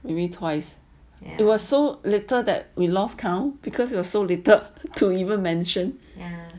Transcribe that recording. maybe twice it was so little that we lost count because you are so little to even mention